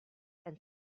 and